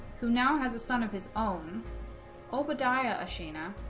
who now has a son of his own obadiah a sheena